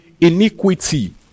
iniquity